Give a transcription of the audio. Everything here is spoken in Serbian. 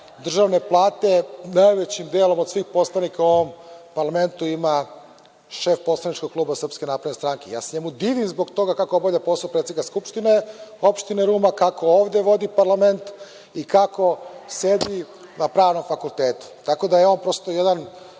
državne plate najvećim delom od svih poslanika u ovom parlamentu ima šef poslaničkog kluba SNS.Ja se njemu divim zbog toga kako obavlja posao predsednika Skupštine opštine Ruma, kako ovde vodi parlament i kako sedi na Pravnom fakultetu. On jeprosto jedan